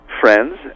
friends